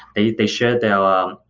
they they share their um